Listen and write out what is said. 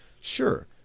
sure